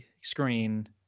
screen